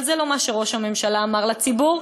אבל זה לא מה שראש הממשלה אמר לציבור,